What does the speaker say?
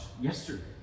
yesterday